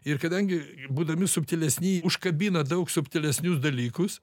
ir kadangi būdami subtilesni užkabina daug subtilesnius dalykus